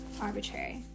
arbitrary